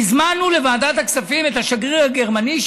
והזמנו לוועדת הכספים את שגריר גרמניה,